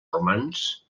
romans